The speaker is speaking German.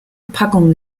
packung